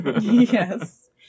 Yes